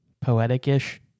poetic-ish